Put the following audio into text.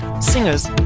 singers